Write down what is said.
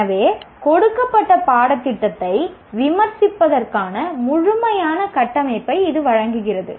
எனவே கொடுக்கப்பட்ட பாடத்திட்டத்தை விமர்சிப்பதற்கான முழுமையான கட்டமைப்பை இது வழங்குகிறது